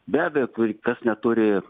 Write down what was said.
be abejo tai kas neturi